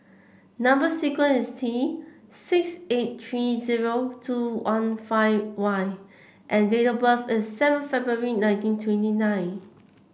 number sequence is T six eight three zero two one five Y and date of birth is seven February nineteen twenty nine